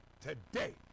today